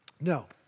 No